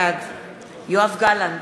בעד יואב גלנט,